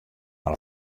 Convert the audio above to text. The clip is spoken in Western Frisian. mar